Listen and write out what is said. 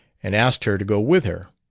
and asked her to go with her.